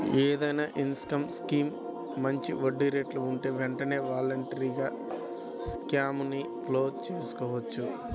ఏదైనా income scheme మంచి వడ్డీరేట్లలో ఉంటే వెంటనే వాలంటరీగా స్కీముని క్లోజ్ చేసుకోవచ్చు